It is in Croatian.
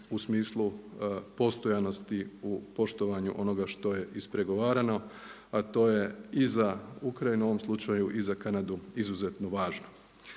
u smislu postojanosti u poštovanju onoga što je ispregovarano, a to je i za Ukrajinu u ovom slučaju i za Kanadu izuzetno važno.